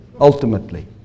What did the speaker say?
ultimately